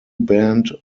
band